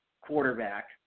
quarterback